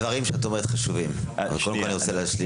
הדברים שאת אומרת חשובים, אבל תני לו להשלים.